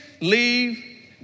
Leave